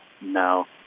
no